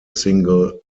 single